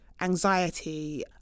anxiety